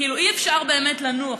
אי-אפשר באמת לנוח.